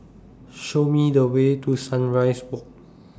Show Me The Way to Sunrise Walk